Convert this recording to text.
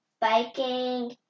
Biking